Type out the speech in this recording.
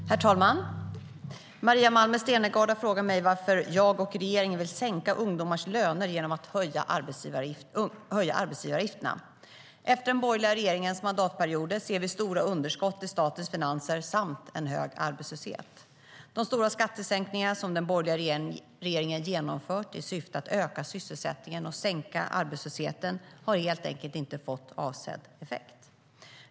Herr talman! Maria Malmer Stenergard har frågat mig varför jag och regeringen vill sänka ungdomars löner genom att höja arbetsgivaravgifterna. Efter den borgerliga regeringens mandatperioder ser vi stora underskott i statens finanser samt en hög arbetslöshet. De stora skattesänkningar som den borgerliga regeringen genomfört i syfte att öka sysselsättningen och sänka arbetslösheten har helt enkelt inte fått avsedd effekt.